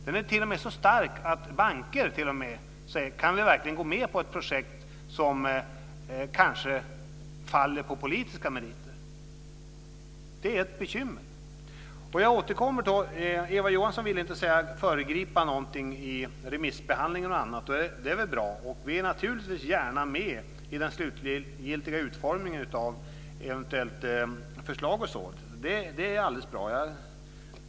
Den är t.o.m. så stark att banker frågar sig om de verkligen kan gå med på projekt som kanske faller på politiska meriter. Det är ett bekymmer. Eva Johansson ville inte föregripa remissbehandlingen m.m., och det är väl bra. Vi är naturligtvis gärna med vid den slutgiltiga utformningen av eventuellt förslag osv.